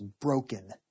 broken